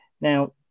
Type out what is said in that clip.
Now